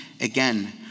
again